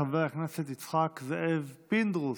חבר הכנסת יצחק זאב פינדרוס.